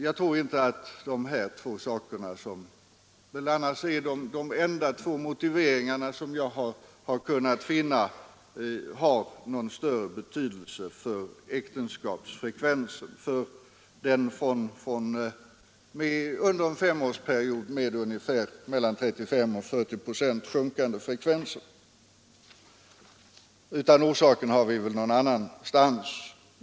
Jag tror alltså inte att de här två sakerna, som är de enda motiveringar för etapplagstiftning jag kunnat finna, har någon större betydelse för äktenskapsfrekvensen, som under en femårsperiod sjunkit med mellan 35 och 40 procent. Orsaken är väl i stället att söka någon annanstans.